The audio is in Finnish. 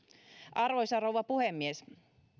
arvoisa rouva puhemies